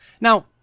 Now